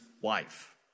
wife